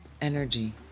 energy